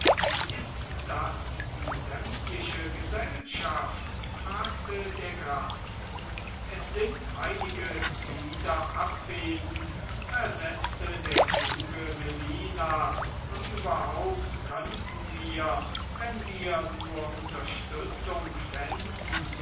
ist das die sämtliche gesellschaft fragte der graf es sind einige glieder abwesend versetzte der kluge melina und überhaupt könnten wir wenn wir nur unterstützung fänden